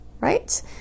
right